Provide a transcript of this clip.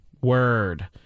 Word